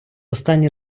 останні